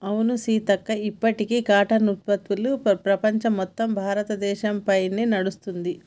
అవును సీతక్క ఇప్పటికీ కాటన్ ఉత్పత్తులు ప్రపంచం మొత్తం భారతదేశ పైనే నడుస్తుంది